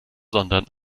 sondern